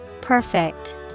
Perfect